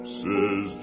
says